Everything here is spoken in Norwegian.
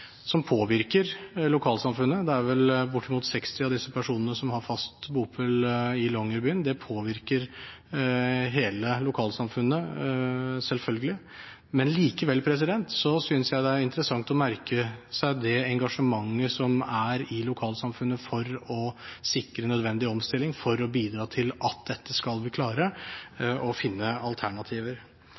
det er vel bortimot 60 av disse personene som har fast bopel i Longyearbyen, og det påvirker selvfølgelig hele lokalsamfunnet – synes jeg likevel det er interessant å merke seg det engasjementet som er i lokalsamfunnet for å sikre nødvendig omstilling, og for å bidra til at man skal klare å finne alternativer.